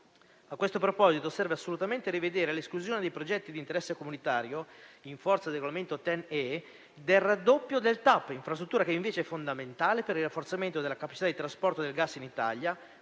A questo proposito, serve assolutamente rivedere l'esclusione dai progetti di interesse comunitario, in forza del regolamento TEN-E, del raddoppio del TAP, infrastruttura che invece è fondamentale per il rafforzamento della capacità di trasporto del gas in Italia,